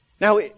Now